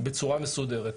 בצורה מסודרת.